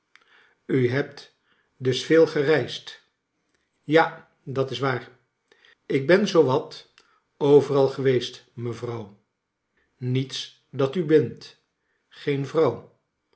u hebt dus veel gereisd v ja dat is waar ik ben zoo wat overal geweest mevrouw niets dat u bindt green vrouw